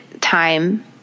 time